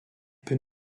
peut